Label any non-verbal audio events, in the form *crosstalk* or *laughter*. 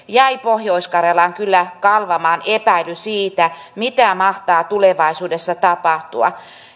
*unintelligible* jäi pohjois karjalaan kyllä kalvamaan epäily siitä mitä mahtaa tulevaisuudessa tapahtua